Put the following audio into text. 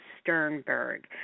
Sternberg